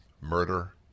murder